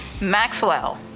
Maxwell